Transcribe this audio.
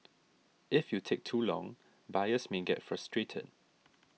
if you take too long buyers may get frustrated